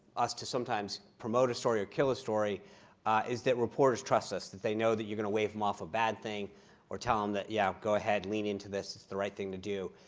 us to sometimes promote a story or kill a story is that reporters trust us, that they know that you're going to wave them off a bad thing or tell them that, yeah, go ahead. lean into this, it's the right thing to do.